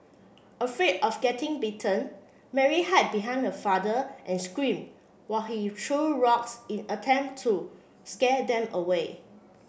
afraid of getting bitten Mary hide behind her father and screamed while he threw rocks in attempt to scare them away